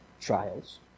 Trials